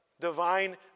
Divine